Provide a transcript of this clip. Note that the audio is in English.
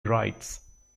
rights